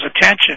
attention